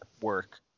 work